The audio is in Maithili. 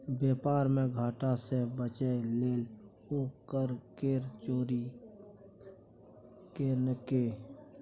बेपार मे घाटा सँ बचय लेल ओ कर केर चोरी केलकै